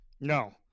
no